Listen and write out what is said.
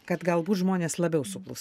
kad galbūt žmonės labiau suklustų